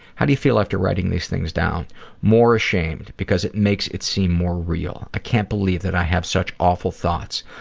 how do you feel after writing these things down more ashamed. because it makes it seem more real. i can't believe that i have such awful thoughts.